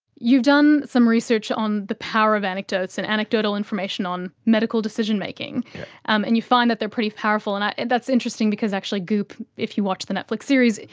you've done some research on the power of anecdotes and anecdotal information on medical decision-making and you find that they are pretty powerful, and and that's interesting because actually goop, if you watch the netflix series,